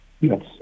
yes